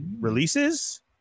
releases –